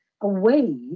away